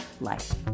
life